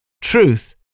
Truth